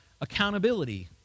accountability